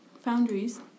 foundries